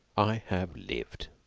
i have lived!